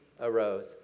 arose